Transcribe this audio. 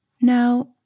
Now